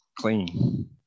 clean